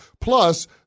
Plus